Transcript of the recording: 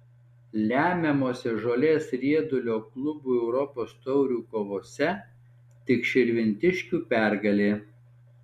lemiamose žolės riedulio klubų europos taurių kovose tik širvintiškių pergalė